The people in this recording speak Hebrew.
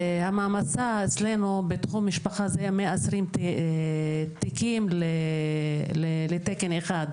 המעמסה אצלנו בתחום משפחה זה 120 תיקים לתקן אחד.